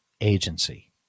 Agency